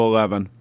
11